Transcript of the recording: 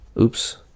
Oops